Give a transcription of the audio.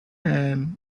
and